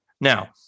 now